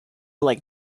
like